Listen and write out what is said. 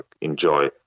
enjoy